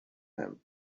him